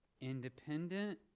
independent